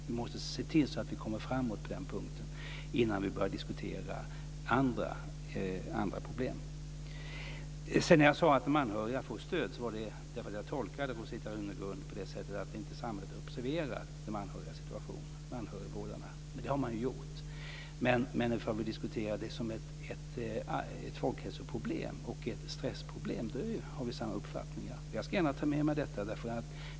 Vi måste se till att vi kommer framåt på de här punkterna innan vi börjar diskutera andra problem. När jag sade att de anhöriga får stöd var det därför att jag tolkade Rosita Runegrund som att samhället inte observerade anhörigvårdarnas situation. Det har samhället gjort! Men om man diskuterar detta som ett folkhälsoproblem och ett stressproblem har vi samma uppfattningar. Jag ska gärna ta med mig detta.